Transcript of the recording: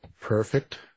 perfect